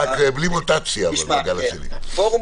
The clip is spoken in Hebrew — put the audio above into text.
ורוח הדברים